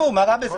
מה רע בזה?